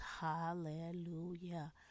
hallelujah